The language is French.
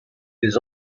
des